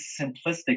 simplistic